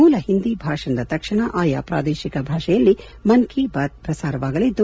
ಮೂಲ ಹಿಂದಿ ಭಾಷಣದ ತಕ್ಷಣ ಆಯಾ ಪ್ರಾದೇಶಿಕ ಭಾಷೆಯಲ್ಲಿ ಮನ್ ಕೀ ಬಾತ್ ಪ್ರಸಾರವಾಗಲಿದ್ದು